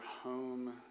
home